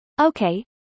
Okay